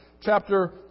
chapter